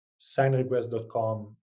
SignRequest.com